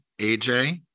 AJ